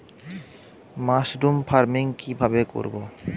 Mushroom farming কি ভাবে করব?